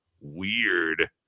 Weird